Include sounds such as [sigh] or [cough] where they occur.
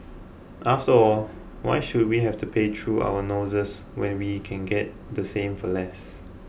[noise] after all why should we have to pay through our noses when we can get the same for less